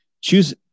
Choose